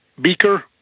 Beaker